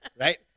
Right